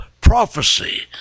prophecy